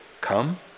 come